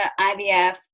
IVF